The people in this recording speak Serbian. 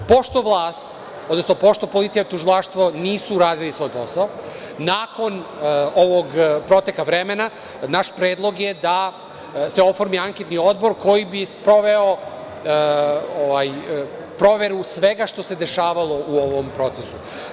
Pošto vlast, odnosno pošto policija i tužilaštvo nisu radili svoj posao nakon ovog proteka vremena, naš predlog je da se oformi anketni odbor koji bi sproveo proveru svega što se dešavalo u ovom procesu.